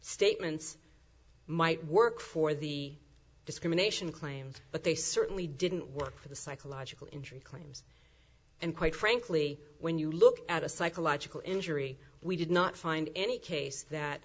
statements might work for the discrimination claims but they certainly didn't work for the psychological injury claims and quite frankly when you look at a psychological injury we did not find any case that